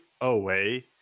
away